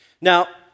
Now